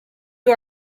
you